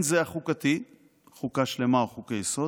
בין זה החוקתי (חוקה שלמה או חוקי-יסוד),